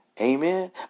Amen